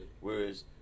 Whereas